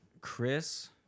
Chris